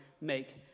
make